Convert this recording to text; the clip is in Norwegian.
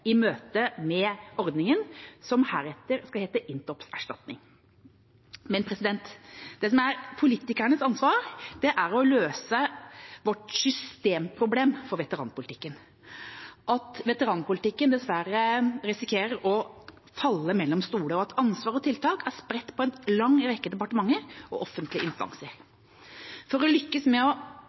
i møte med ordningen, som heretter skal hete intopserstatning. Men det som er politikernes ansvar, er å løse vårt systemproblem for veteranpolitikken: at veteranpolitikken dessverre risikerer å falle mellom stoler, og at ansvar og tiltak er spredt på en lang rekke departementer og offentlige instanser. For å lykkes med å